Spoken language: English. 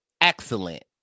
excellent